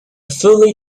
fully